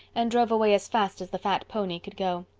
and drove away as fast as the fat pony could go.